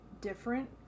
different